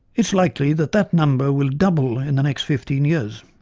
it is likely that that number will double in the next fifteen years.